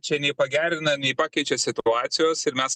čia nei pagerina nei pakeičia situacijos ir mes